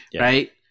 right